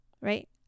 right